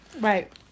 Right